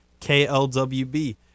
KLWB